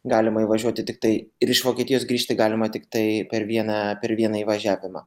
galima įvažiuoti tiktai ir iš vokietijos grįžti galima tiktai per vieną per vieną įvažiavimą